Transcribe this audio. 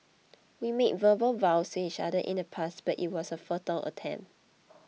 we made verbal vows to each other in the past but it was a futile attempt